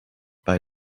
bei